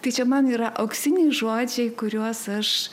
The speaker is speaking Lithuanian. tai čia man yra auksiniai žodžiai kuriuos aš